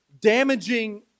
damaging